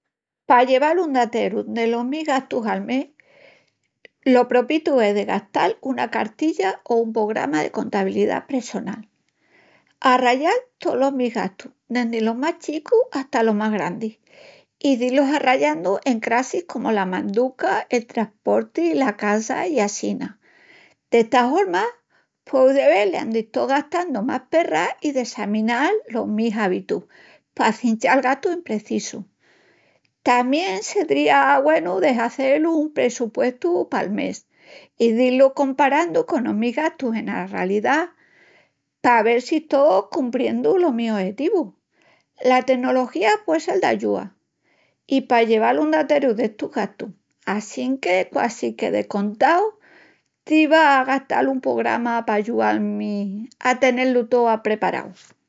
Pa lleval un dateru delos mis gastus al mes, lo propitu es de gastal una cartilla o un pograma de contabilidá pressonal. Arrayal tolos mis gastus, dendi los más chicus ata los más grandis, i dí-lus arrayandu en crassis comu la manduca, el trasporti, la casa i assina. D'esta horma, pueu de vel ándi esto gastandu más perras i dessaminal los mis ábitus pa acinchal gastus imprecisus. Tamién sedría güenu de hazel un prossupuestu pal mes i dí-lu comparandu conos mis gastus ena ralidá pa vel si esto cumpriendu los mis ojetivus. La tenología pue sel d'ayúa pa lleval un dateru d'estus gastus, assínque quasi que de contau diva a gastal un pograma pa ayual-mi a tené-lu tó apreparau.